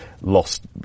lost